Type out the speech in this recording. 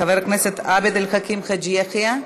חבר הכנסת עבד אל חכים חאג' יחיא,